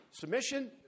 submission